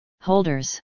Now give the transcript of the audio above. holders